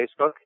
Facebook